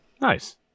Nice